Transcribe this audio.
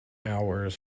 hours